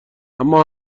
اما